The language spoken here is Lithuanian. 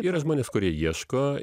yra žmonės kurie ieško